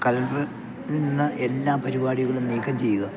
കലണ്ടറില് നിന്ന് എല്ലാ പരിപാടികളും നീക്കം ചെയ്യുക